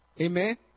Amen